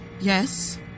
Yes